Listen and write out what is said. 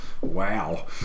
Wow